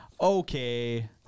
Okay